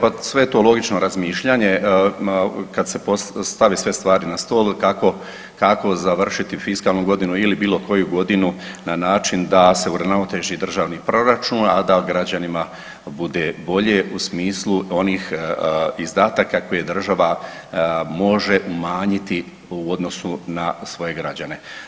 Pa sve je to logično razmišljanje kad se postave, stavi sve stvari na stol kako završiti fiskalnu godinu ili bilo koju godinu na način da se uravnoteži državni proračun, a da građanima bude bolje u smislu onih izdataka koje država može umanjiti u odnosu na svoje građane.